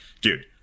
dude